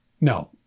No